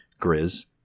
Grizz